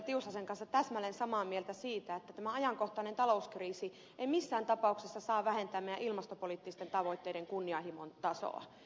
tiusasen kanssa täsmälleen samaa mieltä siitä että tämä ajankohtainen talouskriisi ei missään tapauksessa saa vähentää meidän ilmastopoliittisten tavoitteiden kunnianhimon tasoa